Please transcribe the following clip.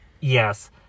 Yes